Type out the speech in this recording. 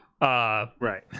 Right